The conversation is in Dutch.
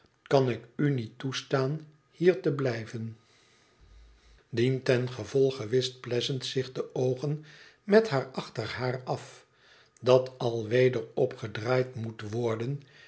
kan ik u met toestaan hier te blijven dientengevolge wischt pleasant zich de oogen met haar achterhaar af dat alweder opgedraaid moet worden